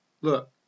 Look